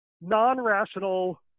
non-rational